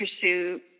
pursue